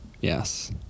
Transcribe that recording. yes